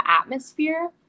atmosphere